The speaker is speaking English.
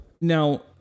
Now